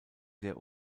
sehr